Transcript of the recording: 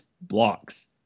blocks